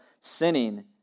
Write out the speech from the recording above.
sinning